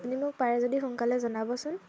আপুনি মোক পাৰে যদি সোনকালে জনাবচোন